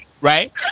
right